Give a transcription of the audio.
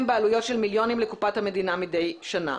בעלויות של מיליונים לקופת המדינה מידי שנה.